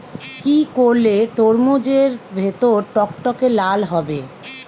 কি করলে তরমুজ এর ভেতর টকটকে লাল হবে?